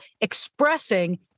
expressing